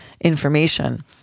information